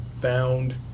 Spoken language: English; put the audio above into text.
found